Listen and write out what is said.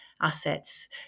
assets